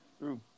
True